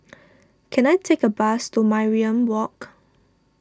can I take a bus to Mariam Walk